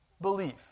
belief